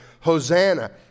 Hosanna